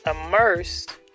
immersed